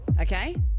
okay